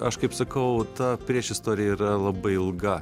aš kaip sakau ta priešistorė yra labai ilga